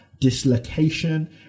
dislocation